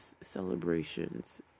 celebrations